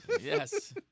Yes